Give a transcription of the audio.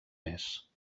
més